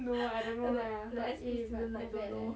no lah I don't know lah the promo is like not bad